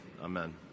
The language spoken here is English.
Amen